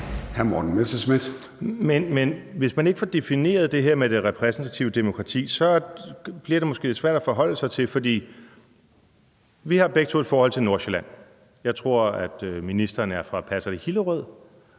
Men hvis man ikke får defineret det her med det repræsentative demokrati, bliver det måske lidt svært at forholde sig til. Vi har begge et forhold til Nordsjælland. Er det Hillerød, ministeren er fra? Nej, tæt på.